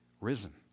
risen